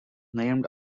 named